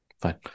Fine